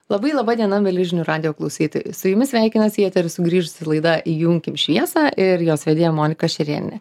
labai laba diena mieli žinių radijo klausytojai su jumis sveikinasi į eterį sugrįžta ir laida įjunkim šviesą ir jos vedėja monika šerėnienė